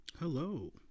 Hello